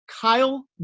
Kyle